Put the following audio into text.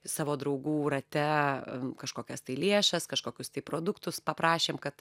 savo draugų rate kažkokias tai lėšas kažkokius tai produktus paprašėm kad